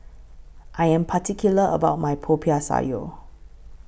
I Am particular about My Popiah Sayur